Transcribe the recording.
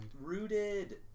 Rooted